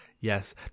Yes